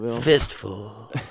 fistful